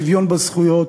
שוויון בזכויות,